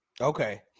okay